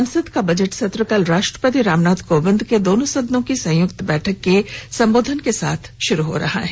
संसद का बजट सत्र कल राष्ट्रपति रामनाथ कोविंद के दोनों सदनों की संयुक्त बैठक के संबोधन के साथ शुरू हो रहा है